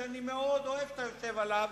ואני מאוד אוהב את היושב עליו,